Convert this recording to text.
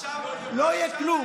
לא יהיה כלום.